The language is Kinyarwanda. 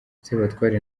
sebatware